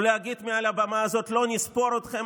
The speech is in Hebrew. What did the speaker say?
או להגיד מעל הבמה הזאת: לא נספור אתכם.